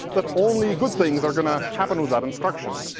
but only good things are going to happen with that instruction.